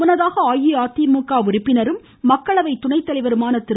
முன்னதாக அஇஅதிமுக உறுப்பினரும் மக்களவை துணை தலைவருமான திரு